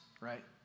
right